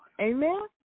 Amen